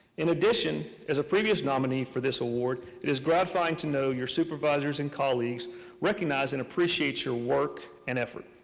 in addition, as a previous nominee for this award, it is gratifying to know your supervisors and colleagues recognize and appreciate your work and effort.